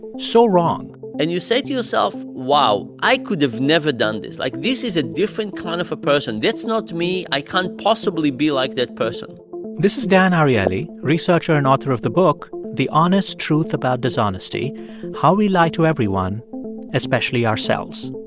so wrong and you say to yourself, wow, i could have never done this. like, this is a different kind of a person. that's not me. i can't possibly be like that person this is dan ariely, researcher and author of the book the honest truth about dishonesty how we lie to everyone especially ourselves.